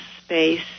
space